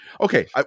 Okay